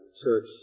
church